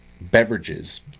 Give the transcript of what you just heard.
beverages